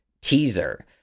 teaser